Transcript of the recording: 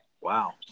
Wow